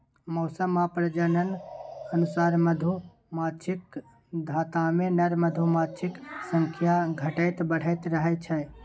मौसम आ प्रजननक अनुसार मधुमाछीक छत्तामे नर मधुमाछीक संख्या घटैत बढ़ैत रहै छै